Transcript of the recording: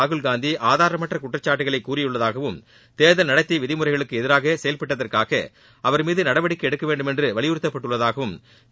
ராகுல்காந்தி ஆதாரமற்ற குற்றச்சாட்டுகளை கூறியுள்ளதாகவும் தேர்தல் நடத்தை விதிமுறைகளுக்கு எதிராக செயல்பட்டதற்காக அவர் மீது நடவடிக்கை எடுக்க வேண்டும் என்று வலியுறுத்தப்பட்டுள்ளதாகவும் திரு